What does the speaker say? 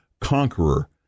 Conqueror